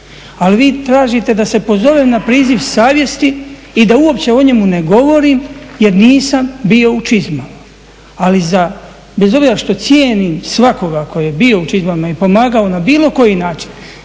Ali vi tražite da se pozovem na priziv savjesti i da uopće o njemu ne govorim jer nisam bio u čizmama, ali bez obzira što cijenim svakoga tko je bio u čizmama i pomagao na bilo koji način,